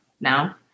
now